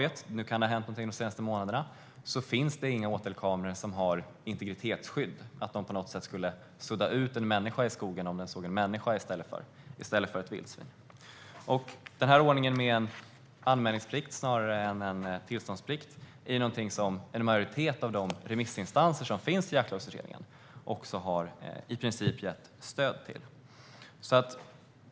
Det kan ha hänt någonting de senaste månaderna, men såvitt jag vet finns det inga åtelkameror som har integritetsskydd, det vill säga att de, om en människa i stället för ett vildsvin fångas på bild i skogen, på något sätt skulle sudda ut denna människa. Denna ordning med en anmälningsplikt snarare än en tillståndsplikt är någonting som en majoritet av Jaktlagslagsutredningens remissinstanser i princip har gett sitt stöd till.